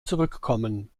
zurückkommen